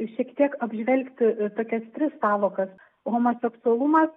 šiek tiek apžvelgti tokias tris sąvokas homoseksualumas